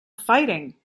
fighting